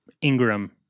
Ingram